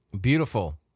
Beautiful